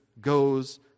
goes